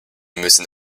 müssen